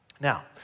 Now